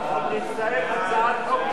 סעיפים 1 2 נתקבלו.